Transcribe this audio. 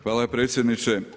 Hvala predsjedniče.